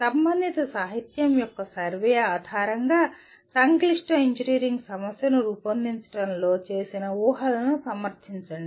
సంబంధిత సాహిత్యం యొక్క సర్వే ఆధారంగా సంక్లిష్ట ఇంజనీరింగ్ సమస్యను రూపొందించడంలో చేసిన ఊహలను సమర్థించండి